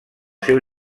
seu